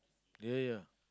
ya ya ya